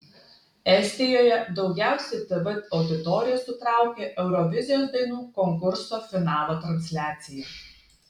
estijoje daugiausiai tv auditorijos sutraukė eurovizijos dainų konkurso finalo transliacija